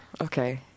Okay